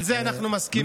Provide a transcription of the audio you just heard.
על זה אנחנו מסכימים.